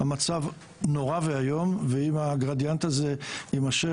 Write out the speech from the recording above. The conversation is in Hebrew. המצב נורא ואיום ואם הגרדיאנט הזה יימשך,